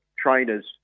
Trainers